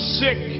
sick